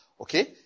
Okay